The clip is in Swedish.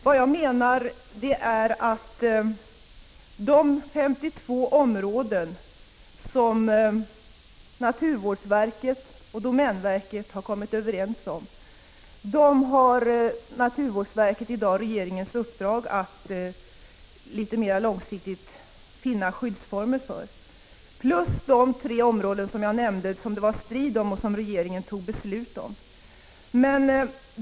Vad jag menar är att de 52 områden som naturvårdsverket och domänverket kommit överens om har naturvårdsverket i dag regeringens uppdrag att litet mera långsiktigt finna skyddsformer för. Det gäller också de tre områden som jag nämnde att det var strid om och som regeringen beslutade om.